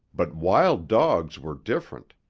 but wild dogs were different.